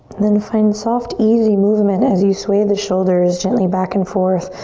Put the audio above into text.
then find soft, easy movement as you sway the shoulders gently back and forth.